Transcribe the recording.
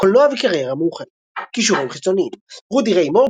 קולנוע וקריירה מאוחרת קישורים חיצוניים רודי ריי מור,